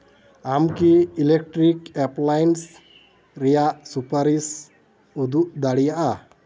ᱟᱢ ᱠᱤ electrical appliance ᱨᱮᱭᱟᱜ ᱥᱩᱯᱟᱨᱤᱥ ᱩᱫᱩᱜ ᱫᱟᱲᱮᱭᱟᱜᱼᱟ